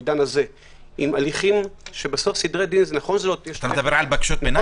בעידן הזה עם הליכים שבסוף סדרי דין- -- אתה מדבר על בקשות ביניים?